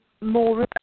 more